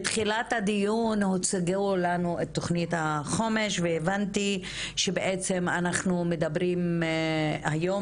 בתחילת הדיון הציגו לנו את תוכנית החומש והבנתי שאנחנו מדברים היום